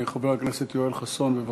חבר הכנסת יואל חסון, בבקשה.